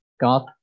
God